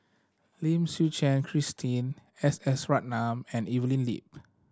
Lim Suchen Christine S S Ratnam and Evelyn Lip